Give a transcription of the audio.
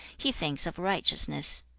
he thinks of righteousness.